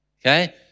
Okay